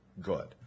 good